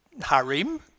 harem